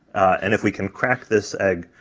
and if we can crack this egg,